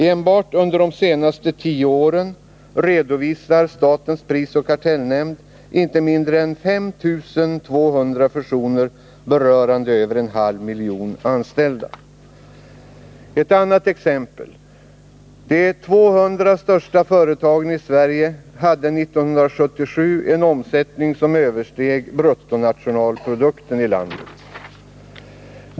Enbart under de senaste tio åren redovisar statens prisoch kartellnämnd inte mindre än 5 200 fusioner, berörande över en halv miljon anställda. Ett annat exempel: De 200 största företagen i Sverige hade år 1977 en omsättning som översteg bruttonationalprodukten i landet.